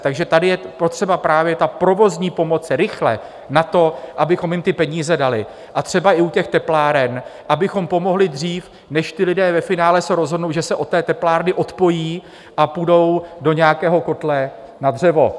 Takže tady je potřeba právě ta provozní pomoc rychle na to, abychom jim ty peníze dali, a třeba i u těch tepláren, abychom pomohli dřív, než se ti lidé ve finále rozhodnou, že se od teplárny odpojí a půjdou do nějakého kotle na dřevo.